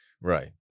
Right